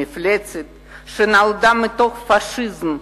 המפלצת שנולדה מתוך פאשיזם,